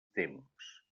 temps